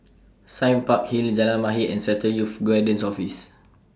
Sime Park Hill Jalan Mahir and Central Youth Guidance Office